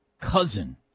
cousin